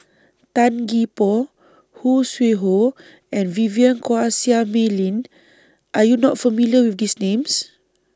Tan Gee Paw Khoo Sui Hoe and Vivien Quahe Seah Mei Lin Are YOU not familiar with These Names